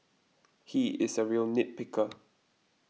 he is a real nit picker